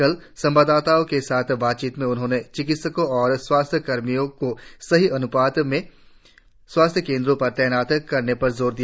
कल संवाददाताओं के साथ बातचीत में उन्होंने चिकित्सकों और स्वास्थ्य कर्मियों को सही अन्पात में स्वास्थ्य केँद्रों पर तैनात करने पर जोर दिया